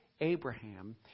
Abraham